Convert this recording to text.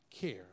care